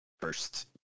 first